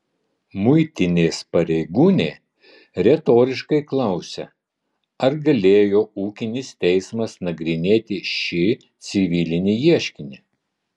muitinės pareigūnė retoriškai klausia ar galėjo ūkinis teismas nagrinėti šį civilinį ieškinį